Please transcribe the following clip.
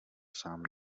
sám